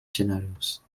scenarios